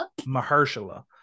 mahershala